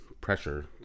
pressure